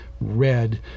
red